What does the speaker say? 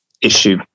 issue